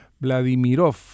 Vladimirov